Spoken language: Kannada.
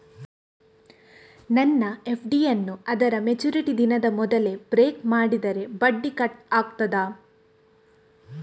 ನನ್ನ ಎಫ್.ಡಿ ಯನ್ನೂ ಅದರ ಮೆಚುರಿಟಿ ದಿನದ ಮೊದಲೇ ಬ್ರೇಕ್ ಮಾಡಿದರೆ ಬಡ್ಡಿ ಕಟ್ ಆಗ್ತದಾ?